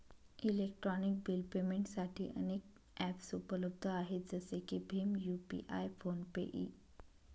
electronic bill पेमेंटसाठी अनेक ॲप्सउपलब्ध आहेत जसे की भीम यू.पि.आय फोन पे इ